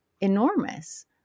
enormous